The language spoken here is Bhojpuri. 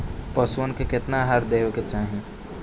पशुअन के केतना आहार देवे के चाही?